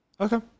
Okay